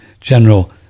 general